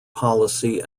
policy